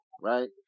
right